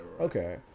Okay